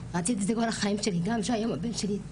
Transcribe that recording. גם שהיום הבן שלי,